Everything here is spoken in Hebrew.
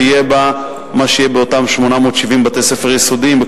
שיהיה בה מה שיהיה באותם 870 בתי-ספר יסודיים,